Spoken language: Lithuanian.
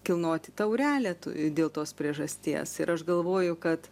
kilnoti taurelę tai dėl tos priežasties ir aš galvoju kad